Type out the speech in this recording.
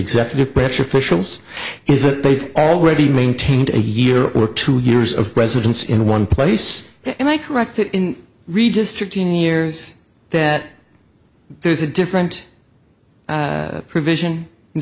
executive branch officials is that they've already maintained a year or two years of residence in one place and i correct that in redistricting years that there's a different provision in